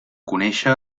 conéixer